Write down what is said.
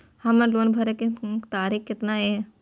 हमर लोन भरे के तारीख केतना ये?